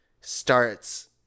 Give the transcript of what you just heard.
starts